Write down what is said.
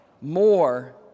more